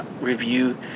review